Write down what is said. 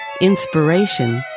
inspiration